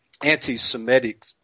anti-Semitic